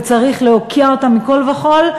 וצריך להוקיע אותה מכול וכול,